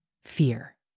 fear